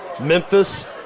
Memphis